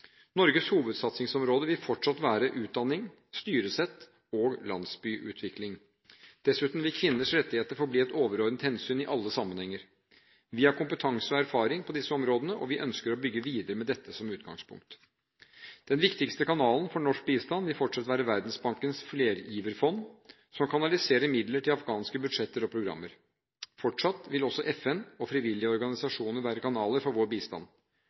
Norges hovedsatsingsområde vil fortsatt være utdanning, styresett og landsbyutvikling. Dessuten vil kvinners rettigheter forbli et overordnet hensyn i alle sammenhenger. Vi har kompetanse og erfaring på disse områdene, og vi ønsker å bygge videre med dette som utgangspunkt. Den viktigste kanalen for norsk bistand vil fortsatt være Verdensbankens flergiverfond, som kanaliserer midler til afghanske budsjetter og programmer. Fortsatt vil også FN og frivillige organisasjoner være kanaler for vår bistand.